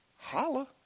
Holla